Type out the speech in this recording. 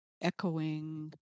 echoing